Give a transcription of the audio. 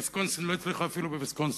ויסקונסין לא הצליחה אפילו בוויסקונסין,